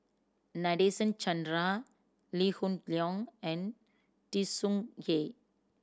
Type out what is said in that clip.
Nadasen Chandra Lee Hoon Leong and Tsung Yeh